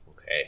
Okay